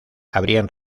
habrían